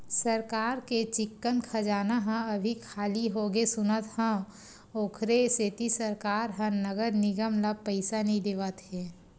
सरकार के चिक्कन खजाना ह अभी खाली होगे सुनत हँव, ओखरे सेती सरकार ह नगर निगम ल पइसा नइ देवत हे